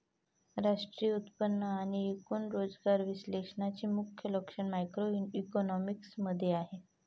राष्ट्रीय उत्पन्न आणि एकूण रोजगार विश्लेषणाचे मुख्य लक्ष मॅक्रोइकॉनॉमिक्स मध्ये आहे